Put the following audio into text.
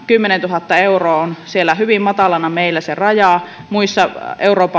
kymmenentuhatta euroa ainoana on hyvin matalana meillä se raja muissa eu